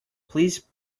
please